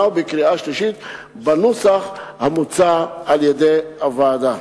ובקריאה השלישית בנוסח המוצע על-ידי הוועדה.